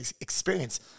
experience